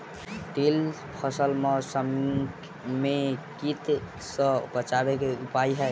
तिल फसल म समेकित कीट सँ बचाबै केँ की उपाय हय?